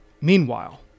Meanwhile